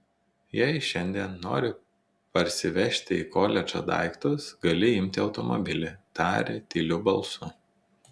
jei šiandien nori parsivežti į koledžą daiktus gali imti automobilį tarė tyliu balsu